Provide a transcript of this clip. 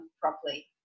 properly